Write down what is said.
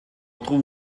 trouve